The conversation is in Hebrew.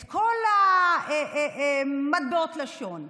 את כל מטבעות הלשון,